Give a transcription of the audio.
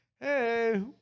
Hey